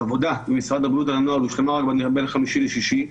העבודה במשרד הבריאות על הנוהל היה בין חמישי לשישי.